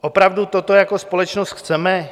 Opravdu toto jako společnost chceme?